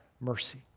mercy